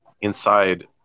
inside